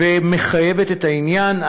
ומתחייב מהעניין.